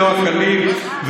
ולא הקלים,